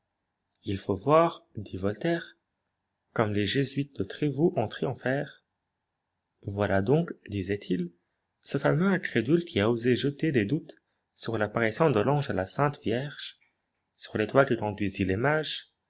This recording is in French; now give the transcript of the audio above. il faut voir dit voltaire comme les jésuites de trévoux en triomphèrent voilà donc disaient-ils ce fameux incrédule qui a osé jetter des doutes sur l'apparition de l'ange à la sainte-vierge sur l'étoile qui conduisit les mages